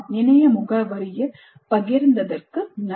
இணைய முகவரியில் பகிர்ந்ததற்கு நன்றி